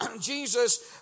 Jesus